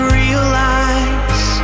realize